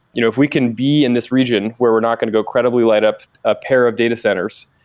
you know if we can be in this region where we're not going to go credibly light up a pair of data centers,